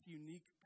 unique